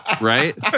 Right